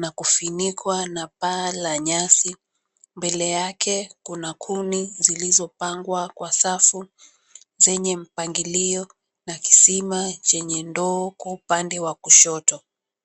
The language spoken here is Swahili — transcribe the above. na kufinikwa na paa la 𝑛𝑦𝑎𝑠𝑖. 𝑀bele yake kuna kuni zilizopangwa kwa safu zenye mpangilio na kisima chenye ndoo kwa upande wa kushoto.